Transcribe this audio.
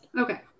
okay